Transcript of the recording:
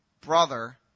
brother